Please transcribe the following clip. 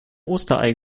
osterei